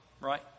right